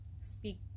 speak